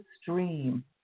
stream